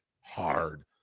hard